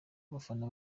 abafana